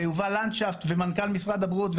ויובל לנדשפט ומנכ"ל משרד הבריאות,